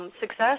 Success